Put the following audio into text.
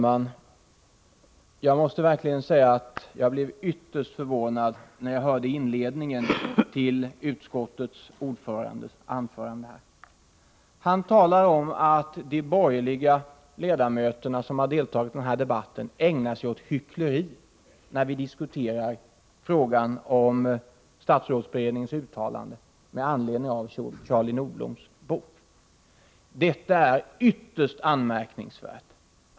Fru talman! Jag blev ytterst förvånad när jag hörde inledningen till anförandet av utskottets ordförande. Han sade att vi borgerliga ledamöter som har deltagit i denna debatt ägnar oss åt hyckleri när vi diskuterar frågan om statsrådsberedningens uttalande med anledning av Charlie Nordbloms bok. Detta är ytterst anmärkningsvärt.